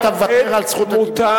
אתה מוותר על זכות הדיבור?